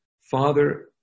Father